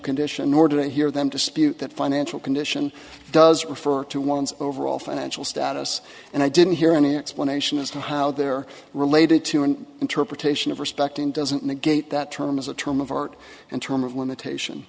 condition or to hear them dispute that financial condition does refer to one's overall financial status and i didn't hear any explanation as to how they're related to an interpretation of respect and doesn't negate that term as a term of art and term of limitation